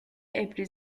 عبری